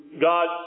God